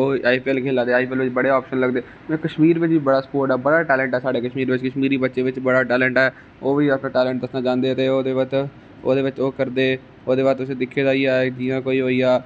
ओह् I P L खेला दे आईपीएल खेला दे कशमीर बिच बी बड़ा खेला दे बडा टेलंट ऐ बडा खेला दे बडा टेेलट ऐ साढ़ा जम्मू कशमीर दे बच्चे बिच बड़ टेलेंट ऐ ओह् बी अपना टेलेंट दससना चांहदे ते ओहदे बिच ओह करदे जियां तुसे दिक्खा दा गै है कि ओह् करदे